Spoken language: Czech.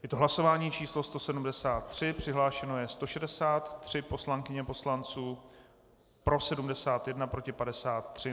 Je to hlasování číslo 173, přihlášeno je 163 poslankyň a poslanců, pro 71, proti 53.